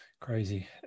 Crazy